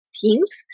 teams